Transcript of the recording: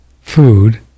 food